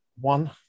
one